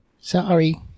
Sorry